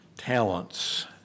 talents